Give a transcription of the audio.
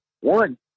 one